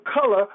color